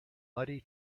muddy